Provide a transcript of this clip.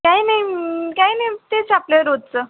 काही नाही काही नाही तेच आपलं रोजचं